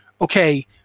okay